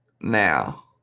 Now